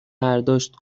برداشت